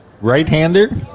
right-hander